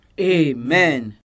Amen